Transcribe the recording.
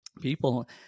people